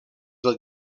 del